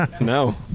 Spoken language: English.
No